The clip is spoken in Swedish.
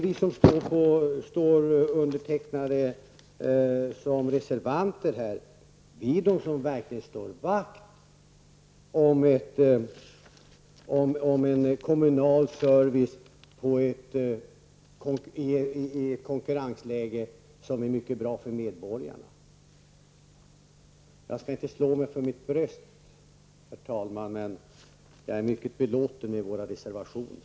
Vi som står som reservanter är de som egentligen slår vakt om en kommunal service i ett konkurrensläge som är mycket bra för medborgarna. Jag skall inte slå mig för mitt bröst, herr talman, men jag är mycket belåten med våra reservationer.